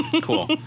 Cool